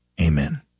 Amen